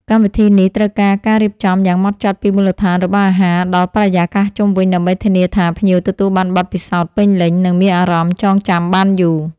កម្មវិធីនេះត្រូវការការរៀបចំយ៉ាងម៉ត់ចត់ពីមូលដ្ឋានរបស់អាហារដល់បរិយាកាសជុំវិញដើម្បីធានាថាភ្ញៀវទទួលបានបទពិសោធន៍ពេញលេញ និងមានអារម្មណ៍ចងចាំបានយូរ។